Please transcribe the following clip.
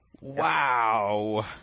wow